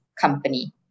company